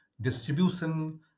distribution